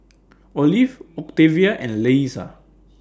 Olive Octavia and Leesa